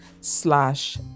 slash